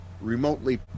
remotely